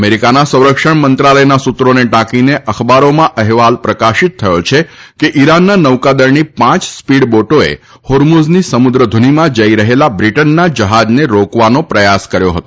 અમેરિકાના સંરક્ષણ મંત્રાલયના સૂત્રોને ટાંકીને અખબારોમાં અહેવાલ પ્રકાશીત થયો છે કે ઈરાનના નૌકાદળની પાંચ સ્પીડબોટોએ હોર્મુઝની સમુદ્રધુનીમાં જઈ રહેલા બ્રીટનના જહાજને રોકવાનો પ્રથાસ કર્યો હતો